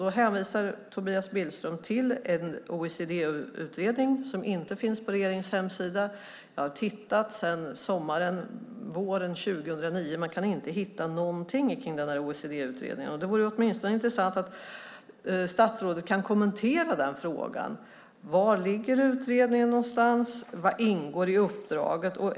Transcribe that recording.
Då hänvisar Tobias Billström till en OECD-utredning som inte finns på regeringens hemsida. Jag har tittat sedan våren och sommaren 2009. Man kan inte hitta någonting kring den här OECD-utredningen. Det vore åtminstone intressant om statsrådet kunde kommentera den frågan. Var ligger utredningen någonstans? Vad ingår i uppdraget?